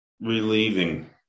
relieving